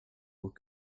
aux